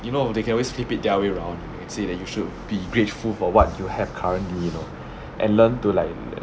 you know they can always flip it the other way round and say that you should be grateful for what you have currently you know and learn to like that